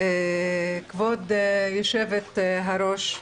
כבוד היושבת ראש,